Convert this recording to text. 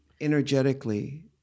energetically